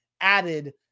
added